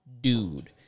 dude